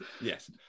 Yes